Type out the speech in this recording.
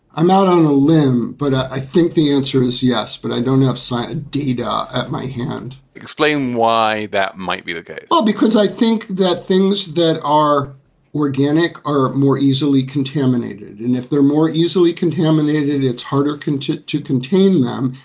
i'm out on a limb, but i think the answer is yes. but i don't have cited data at my hand explain why that might be the case well, because i think that things that are organic are more easily contaminated, and if they're more easily contaminated, it's harder to contain them.